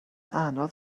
anodd